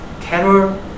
terror